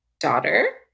daughter